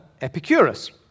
Epicurus